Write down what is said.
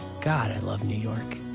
god, i love new york.